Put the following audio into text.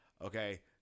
Okay